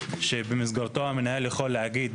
שבמסגרתו המנהל יכול להגיד,